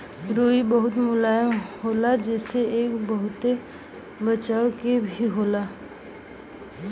रुई बहुत मुलायम होला जेसे एके बहुते बचावे के भी होला